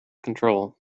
control